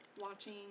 Watching